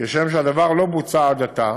כשם שהדבר לא בוצע עד עתה.